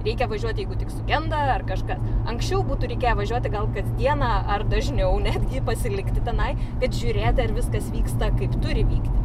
reikia važiuoti jeigu tik sugenda ar kažkas anksčiau būtų reikėję važiuoti gal kasdieną ar dažniau netgi pasilikti tenai kad žiūrėti ar viskas vyksta kaip turi vykti